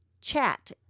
chat